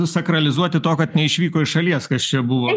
sakralizuoti to kad neišvyko iš šalies kas čia buvo